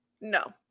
no